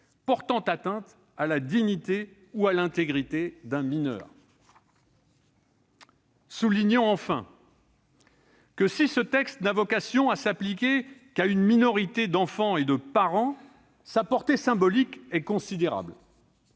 portant atteinte à la dignité ou à l'intégrité d'un mineur. Soulignons enfin que, si ce texte n'a vocation à s'appliquer qu'à une minorité d'enfants et de parents, sa portée symbolique est considérable.